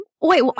wait